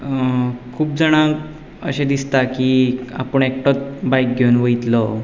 खूब जाणांक अशें दिसता की आपूण एकटोच बायक घेवन वयतलो